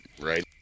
Right